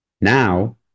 Now